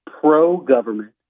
pro-government